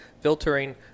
filtering